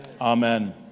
Amen